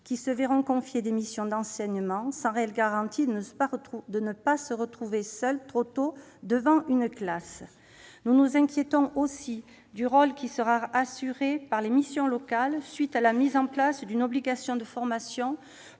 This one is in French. se verront confier des missions d'enseignement sans réelles garanties de ne pas se retrouver seuls trop tôt devant une classe. En outre, nous nous inquiétons du rôle qui sera assumé par les missions locales, du fait de l'obligation de formation